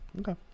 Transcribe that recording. Okay